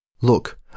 Look